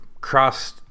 cross